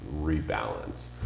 rebalance